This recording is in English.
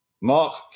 Mark